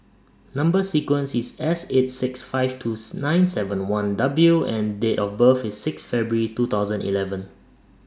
Number sequence IS S eight six five twos nine seven one W and Date of birth IS six February two thousand eleven